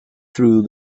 throughout